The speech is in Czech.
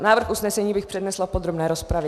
Návrh usnesení bych přednesla v podrobné rozpravě.